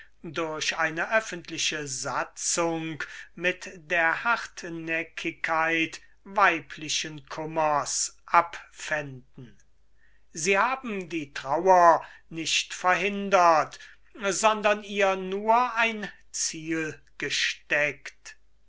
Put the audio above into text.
durch eine öffentliche satzung mit der hartnäckigkeit weiblichen kummers abfänden sie haben die trauer nicht verhindert sondern ihr ein ziel gesteckt